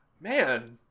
man